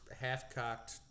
half-cocked